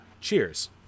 Cheers